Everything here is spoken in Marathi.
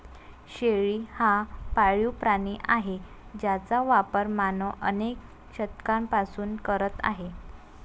शेळी हा पाळीव प्राणी आहे ज्याचा वापर मानव अनेक शतकांपासून करत आहे